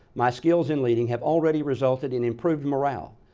my skills in leading have already resulted in improved morale,